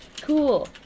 Cool